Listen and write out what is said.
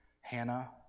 Hannah